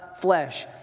flesh